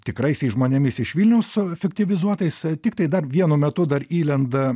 tikraisiais žmonėmis iš vilniaus fiktyvizuotais tiktai dar vienu metu dar įlenda